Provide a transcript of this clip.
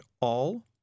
all